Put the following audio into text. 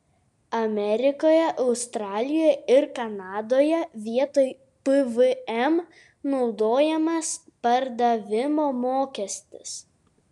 amerikoje australijoje ir kanadoje vietoj pvm naudojamas pardavimo mokestis